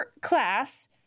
class